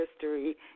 history